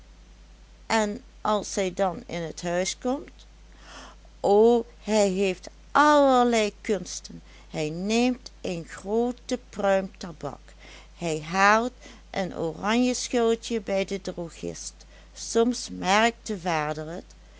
en als hij dan in t huis komt o hij heeft allerlei kunsten hij neemt een groote pruim tabak hij haalt en oranjeschilletje bij de drogist soms merkt de vader et